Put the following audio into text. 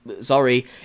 Sorry